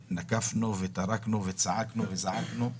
פתחנו אלא נקבנו וטרקנו וצעקנו וזעקנו.